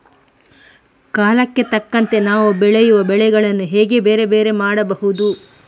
ಕಾಲಕ್ಕೆ ತಕ್ಕಂತೆ ನಾವು ಬೆಳೆಯುವ ಬೆಳೆಗಳನ್ನು ಹೇಗೆ ಬೇರೆ ಬೇರೆ ಮಾಡಬಹುದು?